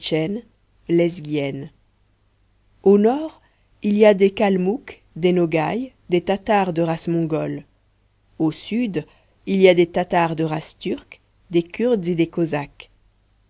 lesghienne au nord il y a des kalmouks des nogaïs des tatars de race mongole au sud il y a des tatars de race turque des kurdes et des cosaques